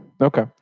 okay